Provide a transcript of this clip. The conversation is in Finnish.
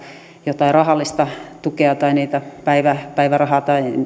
jotain rahallista tukea tai päivärahaa tai